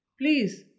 Please